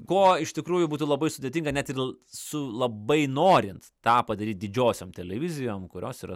ko iš tikrųjų būtų labai sudėtinga net ir su labai norint tą padaryt didžiosiom televizijom kurios yra